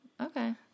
Okay